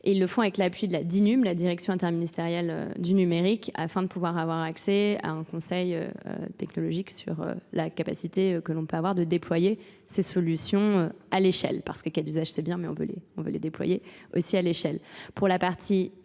Ils le font avec l'appui de la DINUM, la Direction interministérielle du numérique, afin de pouvoir avoir accès à un conseil technologique sur la capacité que l'on peut avoir de déployer ces solutions à l'échelle. Parce que quel usage c'est bien, mais on veut les déployer aussi à l'échelle. Pour la partie collectivité,